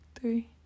three